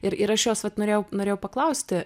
ir ir aš jos vat norėjau norėjau paklausti